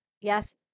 Yes